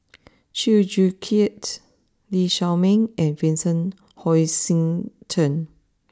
Chew Joo Chiat Lee Shao Meng and Vincent Hoisington